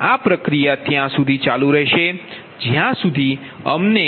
આ પ્રક્રિયા ત્યાં સુધી ચાલુ રહેશે જ્યાં સુધી અમને